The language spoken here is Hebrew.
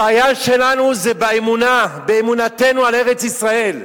הבעיה שלנו זה באמונה, באמונתנו על ארץ-ישראל.